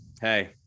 hey